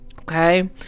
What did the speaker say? Okay